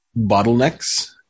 bottlenecks